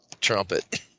trumpet